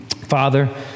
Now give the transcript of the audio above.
Father